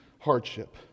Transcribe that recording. Hardship